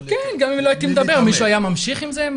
כן, גם אם לא הייתי מדבר, מישהו היה ממשיך עם זה?